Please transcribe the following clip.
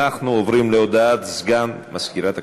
אנחנו עוברים להודעת סגן מזכירת הכנסת.